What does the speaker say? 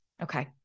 Okay